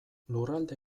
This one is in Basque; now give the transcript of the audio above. lurralde